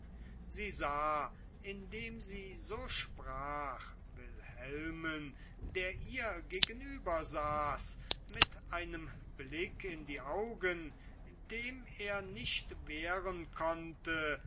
sie sah indem sie so sprach wilhelmen der ihr gegenüber saß mit einem blick in die augen dem er nicht wehren konnte